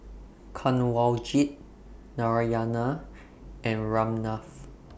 Kanwaljit Narayana and Ramnath